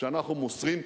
שאנחנו מוסרים,